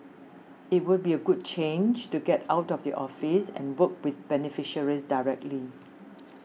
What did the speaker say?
it would be a good change to get out of the office and work with beneficiaries directly